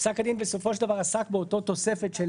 פסק הדין בסופו של דבר עסק באותה תוספת של